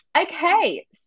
okay